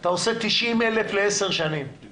אתה עושה 90,000 לעשר שנים, אתה